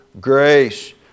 grace